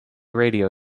radio